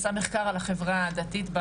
עשה מחקר על החברה הדתית,